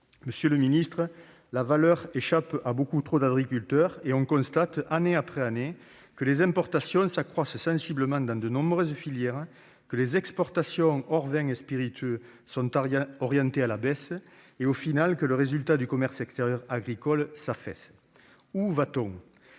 Monsieur le ministre, la valeur échappe à beaucoup trop d'agriculteurs, et l'on constate, année après année, que les importations s'accroissent sensiblement dans de nombreuses filières, que les exportations, hors vins et spiritueux, sont orientées à la baisse, et, finalement, que le résultat du commerce extérieur agricole s'affaisse. Où va-t-on ?